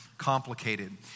Complicated